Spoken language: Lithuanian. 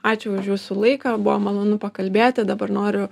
ačiū už jūsų laiką buvo malonu pakalbėti dabar noriu